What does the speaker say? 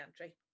entry